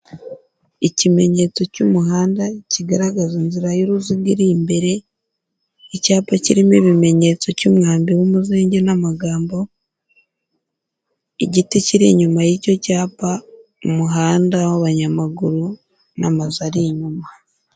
Ikimenyetso cy'umuhanda kigaragaza inzira y'uruziga iri imbere, icyapa kirimo ibimenyetso cy'umwambi w'umuzinge n'amagambo, igiti kiri inyuma y'icyo cyapa, umuhanda w'abanyamaguru n'amazu ari inyuma.